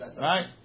Right